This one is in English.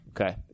Okay